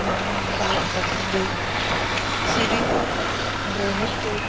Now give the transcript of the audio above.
ᱱᱚᱣᱟ ᱢᱟ ᱵᱟᱰᱟᱭ ᱠᱟᱛᱷᱟ ᱠᱟᱱᱜᱮ ᱥᱮᱨᱮᱧ ᱨᱮ ᱢᱤᱫᱴᱮᱡ